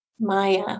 Maya